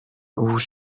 vous